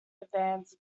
advance